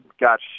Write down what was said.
got